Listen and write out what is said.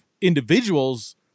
individuals